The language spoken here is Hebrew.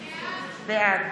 בעד